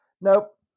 Nope